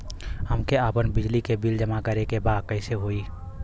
हमके आपन बिजली के बिल जमा करे के बा कैसे होई?